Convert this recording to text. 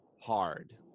hard